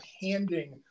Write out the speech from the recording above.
handing